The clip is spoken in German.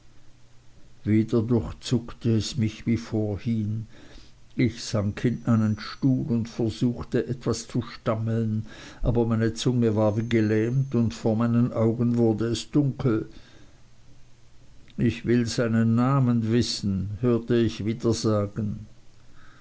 wieder durchzuckte es mich wie vorhin ich sank in einen stuhl und versuchte etwas zu stammeln aber meine zunge war wie gelähmt und vor meinen augen wurde es dunkel ich will seinen namen wissen hörte ich wieder sagen